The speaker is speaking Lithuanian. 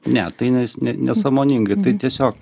ne tai nes ne nesąmoningai tai tiesiog